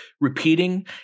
repeating